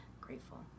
Grateful